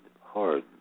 hard